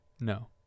no